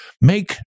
Make